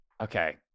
okay